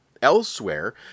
Elsewhere